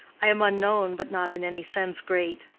i am unknown, but not in any sense great.